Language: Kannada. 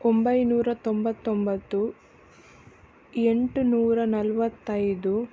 ಒಂಬೈನೂರ ತೊಂಬತ್ತೊಂಬತ್ತು ಎಂಟುನೂರ ನಲವತ್ತೈದು